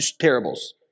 parables